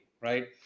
right